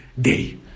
day